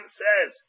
says